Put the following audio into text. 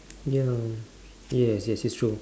ya yes yes it's true